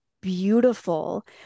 beautiful